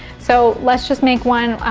so let's just make one.